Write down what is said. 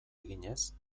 eginez